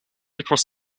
across